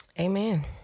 Amen